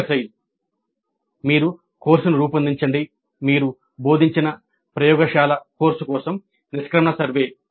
వ్యాయామం ఒక కోర్సును రూపొందించండి మీరు బోధించిన ప్రయోగశాల కోర్సు కోసం నిష్క్రమణ సర్వే